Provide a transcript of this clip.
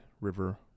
River